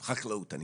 למשל חקלאות אבל